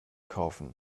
kaufen